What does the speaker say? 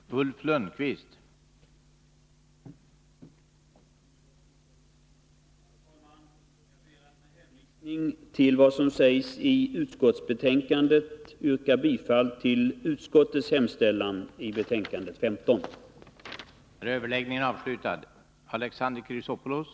Nr 49 Herr talman! Jag ber med hänvisning till vad som sägs i utskottsbetänkan Tisdagen den det att få yrka bifall till utskottets hemställan i betänkande 15. 14 december 1982